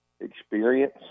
experience